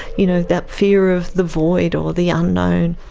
you know that fear of the void or the unknown.